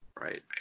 Right